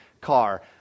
car